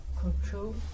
control